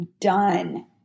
done